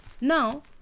now